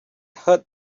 held